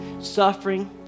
suffering